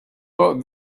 but